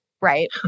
right